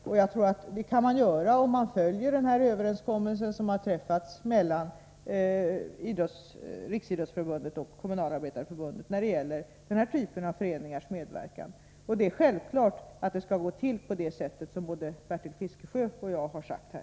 Det tror jag att man kan göra, om man följer den överenskommelse som träffats mellan Riksidrottsförbundet och Kommunalarbetareförbundet när det gäller den här typen av föreningar. Det är självklart att det skall gå till på det sätt som både Bertil Fiskesjö och jag har sagt här.